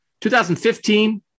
2015